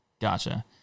Gotcha